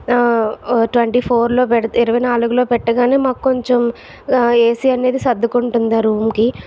twenty four లో పెడితే ఇరవై నాలుగు లో పెట్టగానే మాకు కొంచెం ఏసీ అనేది సర్దుకుంటుంది ఆ రూమ్ కి